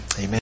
Amen